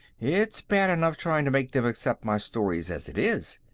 it's bad enough trying to make them accept my stories as it is.